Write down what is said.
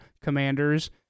Commanders